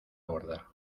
borda